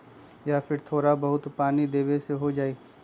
या फिर थोड़ा बहुत पानी देबे से हो जाइ?